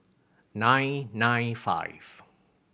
nine nine five